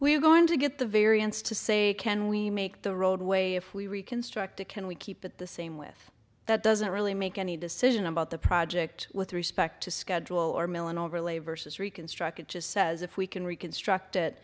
we're going to get the variance to say can we make the roadway if we reconstruct it can we keep it the same with that doesn't really make any decision about the project with respect to schedule or mill an overlay versus reconstruct it just says if we can reconstruct it